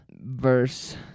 verse